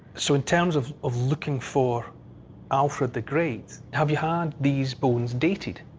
so, in terms of of looking for alfred the great, have you had these bones dated?